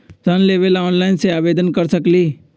ऋण लेवे ला ऑनलाइन से आवेदन कर सकली?